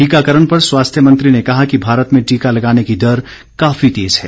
टीकाकरण पर स्वास्थ्य मंत्री ने कहा कि भारत में टीका लगाने की दर काफी तेज है